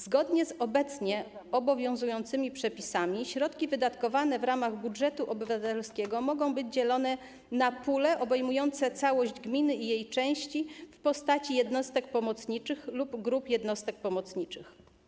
Zgodnie z obecnie obowiązującymi przepisami środki wydatkowane w ramach budżetu obywatelskiego mogą być dzielone na pule obejmujące całość gminy i jej części w postaci jednostek pomocniczych lub grup jednostek pomocniczych.